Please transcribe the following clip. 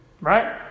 Right